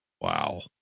wow